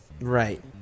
Right